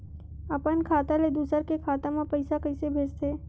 अपन खाता ले दुसर के खाता मा पईसा कइसे भेजथे?